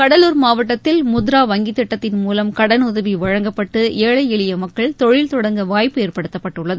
கடலூர் மாவட்டத்தில் முத்ரா வங்கித் திட்டத்தின் மூலம் கடலுதவி வழங்கப்பட்டு ஏழை எளிய மக்கள் தொழில் தொடங்க வாய்ப்பு ஏற்படுத்தப்பட்டுள்ளது